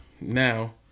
now